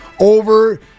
over